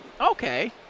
Okay